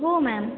हो मॅम